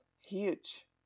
huge